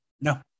No